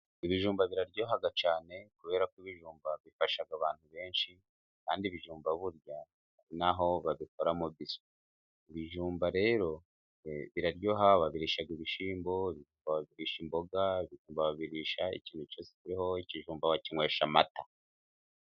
Ibijumba biraryoha cyane, kubera ko ibijumba bifasha abantu benshi kandi ibijumba burya hari naho babikoramo biswi, ibijumba rero biraryoha babirisha ibishyimbo, babirisha imboga, babirisha ikintu cyose kiriho, ikijumba wakinywesha amata.